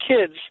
kids